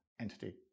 entity